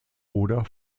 oder